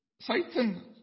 Satan